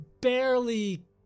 barely